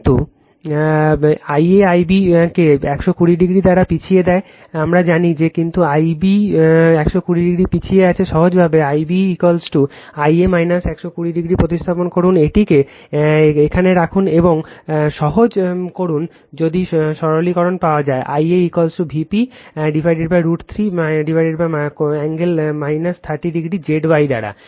কিন্তু Ia Ib কে 120 degree দ্বারা পিছিয়ে দেয় আমরা জানি যে কিন্তু Ib 120 ডিগ্রী পিছিয়ে আছে সহজভাবে Ib Ia 120 ডিগ্রী প্রতিস্থাপন করুন এটিকে এখানে রাখুন এবং সহজ করুন যদি সরলীকরণ পাওয়া যায় Ia Vp√ 3 কোণ 30 ডিগ্রি Zy দ্বারা